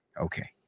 Okay